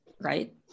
right